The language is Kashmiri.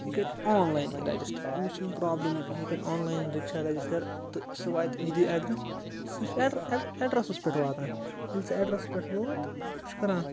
یہِ کَرِ آن لاینٕے رٮ۪جِسٹَر أمِس چھِنہٕ پرٛابلِمٕے کانٛہہ یہِ کَرِ آن لاین رِکشا رٮ۪جِسٹَر تہٕ سُہ واتہِ یہِ دی اٮ۪ڈرٮ۪س سُہ چھِ اٮ۪ڈرَ اٮ۪ڈرَ اٮ۪ڈرَسَس پٮ۪ٹھ واتان ییٚلہِ سُہ اٮ۪ڈرَسَس پٮ۪ٹھ ووت تہٕ ہُہ چھِ کَران